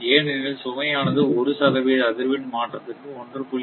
ஏனெனில் சுமையானது ஒரு சதவீத அதிர்வெண் மாற்றத்துக்கு 1